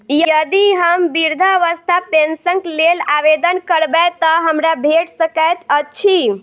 यदि हम वृद्धावस्था पेंशनक लेल आवेदन करबै तऽ हमरा भेट सकैत अछि?